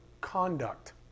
conduct